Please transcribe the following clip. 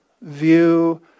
view